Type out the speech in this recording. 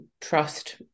trust